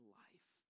life